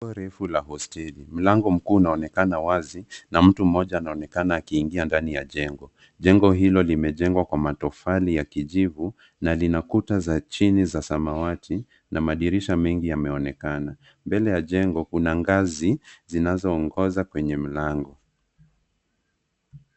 Jengo refu la hosteli mlango mkuu unaonekana wazi, na mtu mmoja anaonekana akiingia ndani ya jengo. Jengo hilo limejengwa kwa matofali ya kijivu na lina kuta za chini za samawati na madirisha mengi yameonekana. Mbele ya jengo kuna ngazi zinazoongoza kwenye mlango.